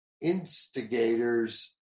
instigators